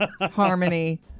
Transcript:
Harmony